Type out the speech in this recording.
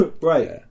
Right